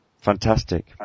Fantastic